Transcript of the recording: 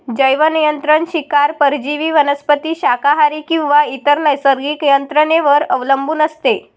जैवनियंत्रण शिकार परजीवी वनस्पती शाकाहारी किंवा इतर नैसर्गिक यंत्रणेवर अवलंबून असते